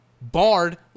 barred